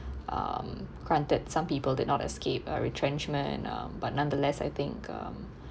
um granted some people did not escape a retrenchment um but nonetheless I think um